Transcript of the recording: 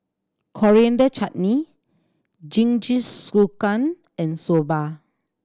Coriander Chutney Jingisukan and Soba